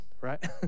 right